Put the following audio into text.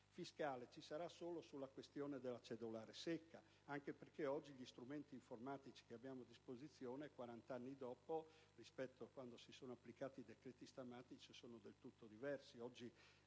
fiscale ci sarà solo sulla questione della cedolare secca, anche perché oggi gli strumenti informatici a disposizione quarant'anni dopo, rispetto a quando si sono applicati i decreti Stammati sono del tutto diversi. Oggi